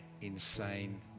insane